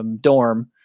dorm